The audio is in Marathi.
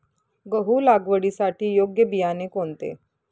गहू लागवडीसाठी योग्य बियाणे कोणते?